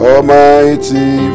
Almighty